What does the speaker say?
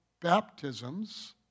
baptisms